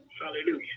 Hallelujah